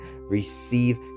receive